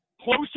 closer